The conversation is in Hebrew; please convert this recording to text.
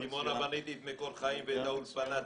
בדימונה בניתי את "מקור חיים" ואת האולפנה.